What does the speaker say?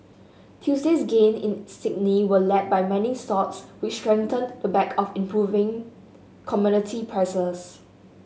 Tuesday's gains in Sydney were led by mining stocks which strengthened the back of improving commodity prices